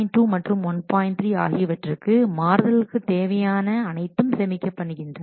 3 ஆகியவற்றின் மாறுதல்களுக்கு தேவையான அனைத்தும் சேமிக்கப்படுகின்றன